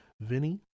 Vinny